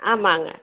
ஆமாங்க